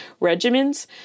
regimens